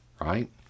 right